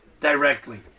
directly